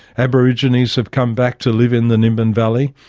aborigines have come back to live in the nimbin valley.